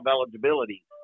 eligibility